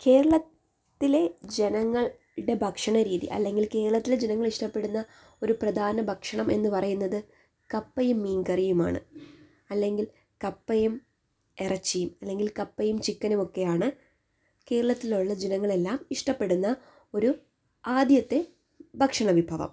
കേരളത്തിലെ ജനങ്ങളുടെ ഭക്ഷണരീതി അല്ലെങ്കില് കേരളത്തിലെ ജനങ്ങൾ ഇഷ്ടപ്പെടുന്ന ഒരു പ്രധാന ഭക്ഷണം എന്ന് പറയുന്നത് കപ്പയും മീന്കറിയുമാണ് അല്ലെങ്കില് കപ്പയും ഇറച്ചിയും അല്ലെങ്കിൽ കപ്പയും ചിക്കനും ഒക്കെയാണ് കേരളത്തിലുള്ള ജനങ്ങളെല്ലാം ഇഷ്ടപ്പെടുന്ന ഒരു ആദ്യത്തെ ഭക്ഷണവിഭവം